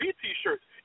t-shirts